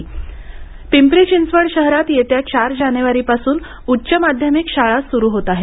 पिंपरी चिंचवड शाळा पिंपरी चिंचवड शहरात येत्या चार जानेवारीपासून उच्च माध्यमिक शाळा सुरू होत आहेत